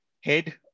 head